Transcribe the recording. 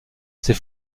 ces